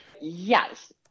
Yes